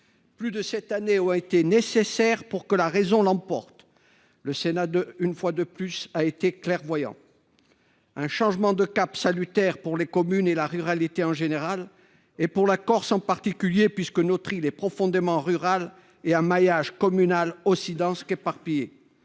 Plus de sept années ont été nécessaires pour que la raison l’emporte et le Sénat, une fois de plus, s’est montré clairvoyant. Il s’agit d’un changement de cap salutaire pour les communes, pour la ruralité en général, et pour la Corse en particulier : notre île profondément rurale dispose d’un maillage communal aussi dense qu’éparpillé.